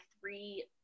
three